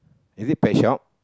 is it pet shop